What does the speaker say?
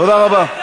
תודה רבה.